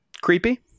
creepy